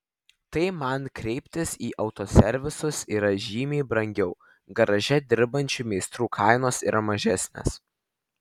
tai man kreiptis į autoservisus yra žymiai brangiau garaže dirbančių meistrų kainos yra mažesnės